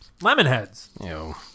Lemonheads